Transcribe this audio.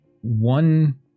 one